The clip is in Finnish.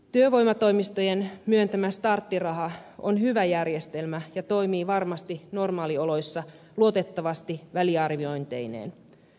työvoimatoimistojen myöntämä starttiraha on hyvä järjestelmä ja toimii varmasti normaalioloissa luotettavasti väliarviointeineen